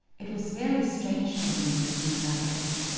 it was very strange to him, this new silence.